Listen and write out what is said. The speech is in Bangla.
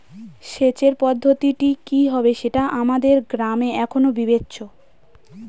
সেচের পদ্ধতিটি কি হবে সেটা আমাদের গ্রামে এখনো বিবেচ্য